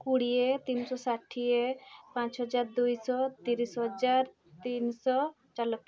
କୋଡ଼ିଏ ତିନିଶହ ଷାଠିଏ ପାଞ୍ଚ ହଜାର ଦୁଇଶହ ତିରିଶ ହଜାର ତିନିଶହ ଚାରି ଲକ୍ଷ